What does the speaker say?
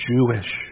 Jewish